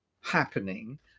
happening